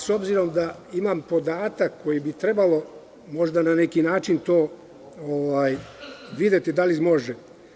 S obzirom da imam podatak koji bi trebalo možda na neki način videti da li može.